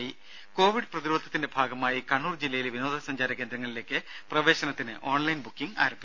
ദേദ കോവിഡ് പ്രതിരോധത്തിന്റെ ഭാഗമായി കണ്ണൂർ ജില്ലയിലെ വിനോദസഞ്ചാര കേന്ദ്രങ്ങളിലേക്ക് പ്രവേശനത്തിന് ഓൺലൈൻ ബുക്കിംഗ് ആരംഭിച്ചു